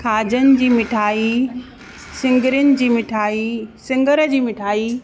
खाजनि जी मिठाई सिङरनि जी मिठाई सिङर जी मिठाई